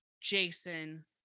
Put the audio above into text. Jason